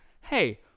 hey